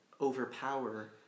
overpower